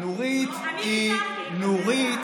אני ויתרתי, דרך אגב.